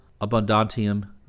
abundantium